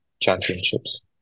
championships